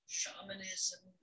shamanism